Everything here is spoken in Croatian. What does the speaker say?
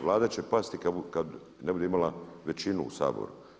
Vlada će pasti kad ne bude imala većinu u Saboru.